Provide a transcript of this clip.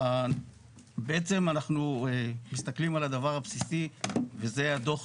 בעצם אנחנו מסתכלים על הדבר הבסיסי וזה הדוח,